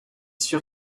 sûr